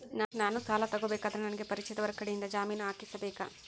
ನಾನು ಸಾಲ ತಗೋಬೇಕಾದರೆ ನನಗ ಪರಿಚಯದವರ ಕಡೆಯಿಂದ ಜಾಮೇನು ಹಾಕಿಸಬೇಕಾ?